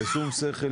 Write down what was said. בשום שכל,